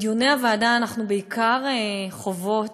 בדיוני הוועדה אנחנו בעיקר חוות,